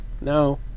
no